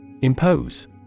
Impose